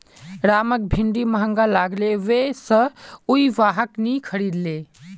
रामक भिंडी महंगा लागले वै स उइ वहाक नी खरीदले